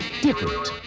different